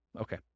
Okay